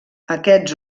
aquests